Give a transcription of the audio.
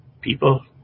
people